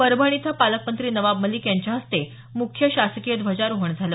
परभणी इथं पालकमंत्री नवाब मालिक यांच्या हस्ते मुख्य शासकीय ध्वजारोहण झालं